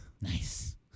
Nice